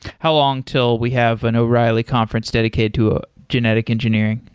how long till we have an o'reilly conference dedicated to ah genetic engineering?